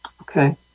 Okay